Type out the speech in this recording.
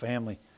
family